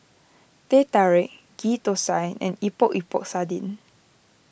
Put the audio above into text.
Teh Tarik Ghee Thosai and Epok Epok Sardin